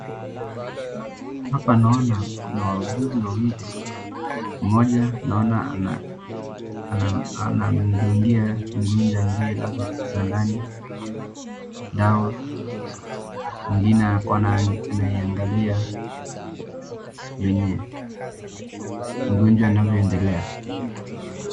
Hapa naona kuna wauguzi wawili, mmoja naona anamdungia mgonjwa aliyelazwa kitandani dawa mwingine ako anaiangalia venye mgonjwa anavyoendelea.